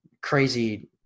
crazy